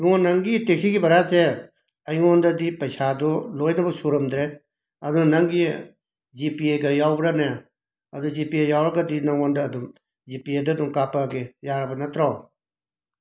ꯏꯕꯨꯡꯉꯣ ꯅꯪꯒꯤ ꯇꯦꯛꯁꯤꯒꯤ ꯕꯥꯍꯔꯥꯖꯦ ꯑꯩꯉꯣꯟꯗꯗꯤ ꯄꯩꯁꯥꯗꯣ ꯂꯣꯏꯅꯃꯛ ꯁꯨꯔꯝꯗ꯭ꯔꯦ ꯑꯗꯨꯅ ꯅꯪꯒꯤ ꯖꯤꯄꯦꯒ ꯌꯥꯎꯕ꯭ꯔꯅꯦ ꯑꯗꯣ ꯖꯤꯄꯦ ꯌꯥꯎꯔꯒꯗꯤ ꯅꯉꯣꯟꯗ ꯑꯗꯨꯝ ꯖꯤꯄꯦꯗ ꯑꯗꯨꯝ ꯀꯥꯞꯂꯛꯑꯒꯦ ꯌꯥꯔꯕ ꯅꯠꯇ꯭ꯔꯣ